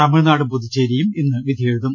തമിഴ്നാടും പുതുച്ചേരിയും ഇന്ന് വിധിയെഴുതും